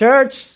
Church